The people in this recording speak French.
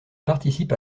participe